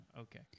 Okay